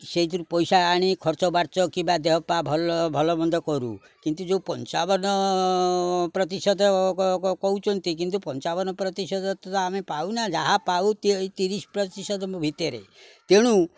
ସେଇଥିରୁ ପଇସା ଆଣି ଖର୍ଚ୍ଚବାର୍ଚ୍ଚ କିମ୍ବା ଦେହପା ଭଲ ମନ୍ଦ କରୁ କିନ୍ତୁ ଯେଉଁ ପଞ୍ଚାବନ ପ୍ରତିଶତ କହୁଛନ୍ତି କିନ୍ତୁ ପଞ୍ଚାବନ ପ୍ରତିଶତ ତ ଆମେ ପାଉନା ଯାହା ପାଉ ତିରିଶି ପ୍ରତିଶତ ଭିତରେ ତେଣୁ